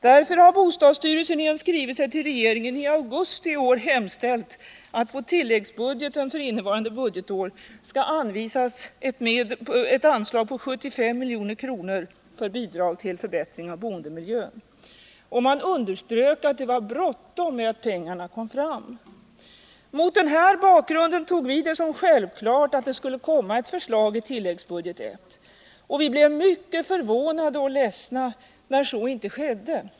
Därför har bostadsstyrelsen i skrivelse till regeringen i augusti i år hemställt att på tilläggsbudgeten för innevarande budgetår skall anvisas ett anslag på 75 milj.kr. för bidrag till förbättring av boendemiljön. Man underströk att det var bråttom med att pengarna kom fram. Mot den här bakgrunden tog vi det som självklart att det skulle komma ett förslag i tilläggsbudget I. Vi blev mycket förvånade och besvikna när så inte skedde.